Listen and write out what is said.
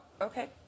okay